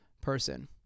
person